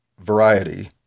variety